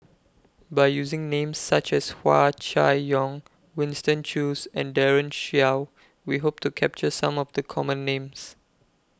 By using Names such as Hua Chai Yong Winston Choos and Daren Shiau We Hope to capture Some of The Common Names